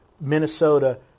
Minnesota